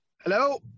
Hello